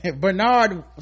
Bernard